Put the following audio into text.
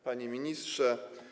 Panie Ministrze!